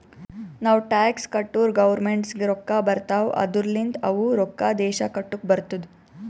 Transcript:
ನಾವ್ ಟ್ಯಾಕ್ಸ್ ಕಟ್ಟುರ್ ಗೌರ್ಮೆಂಟ್ಗ್ ರೊಕ್ಕಾ ಬರ್ತಾವ್ ಅದೂರ್ಲಿಂದ್ ಅವು ರೊಕ್ಕಾ ದೇಶ ಕಟ್ಲಕ್ ಬರ್ತುದ್